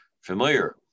familiar